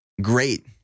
Great